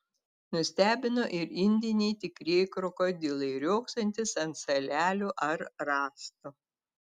nustebino ir indiniai tikrieji krokodilai riogsantys ant salelių ar rąstų